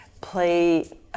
play